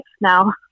now